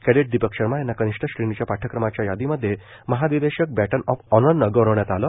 cadet Deepak Sharma यांना कनिष्ठ श्रेणीच्या पाठयक्रमाच्या यादीमध्ये महानिदेशक बैटन ऑफ़ ऑनरनं गौरवण्यात आलं